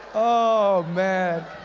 oh man.